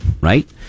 Right